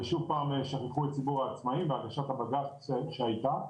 ושוב פעם שכחו את ציבור העצמאים והגשת הבג"צ שהייתה,